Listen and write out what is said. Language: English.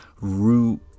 root